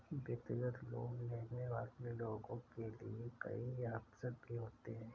व्यक्तिगत लोन लेने वाले लोगों के लिये कई आप्शन भी होते हैं